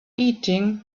eating